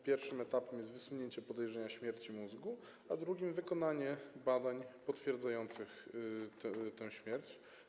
Pierwszym etapem jest wysunięcie podejrzenia śmierci mózgu, a drugim wykonanie badań potwierdzających tę śmierć.